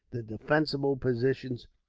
the defensible positions.